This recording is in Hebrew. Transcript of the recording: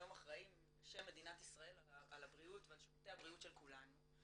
אחראים בשם מדינת ישראל על הבריאות ועל שירותי הבריאות של כולנו,